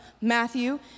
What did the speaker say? Matthew